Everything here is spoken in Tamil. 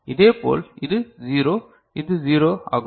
இதேபோல் இது 0 இது 0 ஆகும்